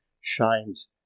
shines